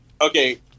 okay